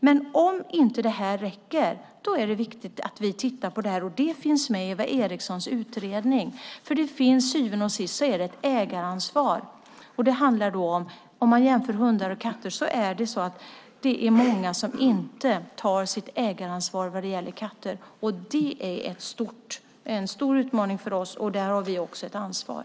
Men om inte det här räcker är det viktigt att vi ser över det - och det finns med i Eva Erikssons utredning - för till syvende och sist är det ett ägaransvar. Om man jämför hundar och katter är det många som inte tar sitt ägaransvar vad det gäller katter. Det är en stor utmaning för oss, och där har vi också ett ansvar.